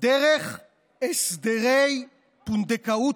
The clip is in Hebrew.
דרך הסדרי פונדקאות,